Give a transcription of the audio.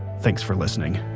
thanks for listening